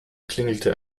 klingelte